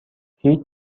هیچ